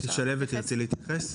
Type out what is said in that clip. שלהבת, תרצי להתייחס?